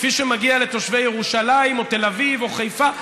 כפי שמגיע לתושבי ירושלים או תל אביב או חיפה,